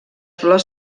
flors